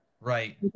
right